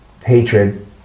hatred